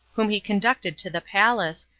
whom he conducted to the palace,